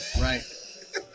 right